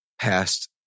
past